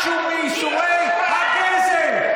משהו מאיסורי הגזל,